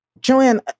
Joanne